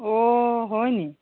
অ' হয়নি